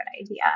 idea